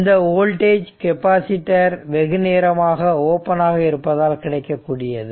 இந்த voltage capacitor வெகுநேரமாக open ஆக இருப்பதால் கிடைக்கக்கூடியது